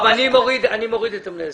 אני מוריד את מנהל הסניף.